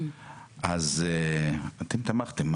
אתם תמכתם.